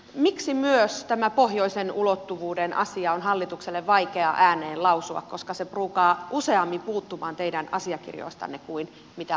miksi myös tämä pohjoisen ulottuvuuden asia on hallitukselle vaikea ääneen lausua koska se pruukaa useammin puuttua teidän asiakirjoistanne kuin mitä olemaan siellä läsnä